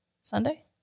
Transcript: Sunday